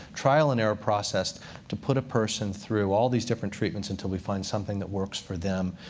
trial and error process to put a person through all these different treatments until we find something that works for them,